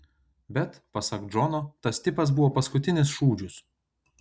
bet pasak džono tas tipas buvo paskutinis šūdžius